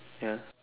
ya